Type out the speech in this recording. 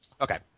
Okay